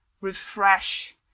refresh